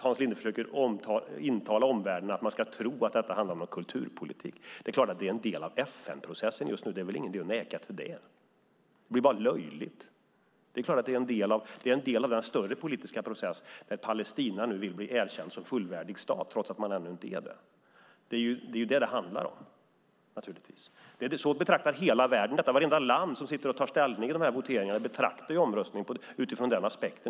Hans Linde försöker intala omvärlden att man ska tro att detta handlar om kulturpolitik. Det är klart att det är en del av FN-processen just nu. Det är väl ingen idé att neka till det? Det blir bara löjligt. Det är klart att det är en del av den större politiska process där Palestina nu vill bli erkänd som fullvärdig stat trots att man ännu inte är det. Det är naturligtvis detta det handlar om. Så betraktar hela världen detta. Vartenda land som sitter och tar ställning vid dessa voteringar betraktar omröstningen utifrån denna aspekt.